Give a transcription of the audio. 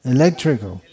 Electrical